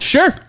Sure